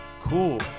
Cool